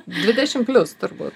dvidešim plius turbūt